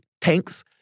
tanks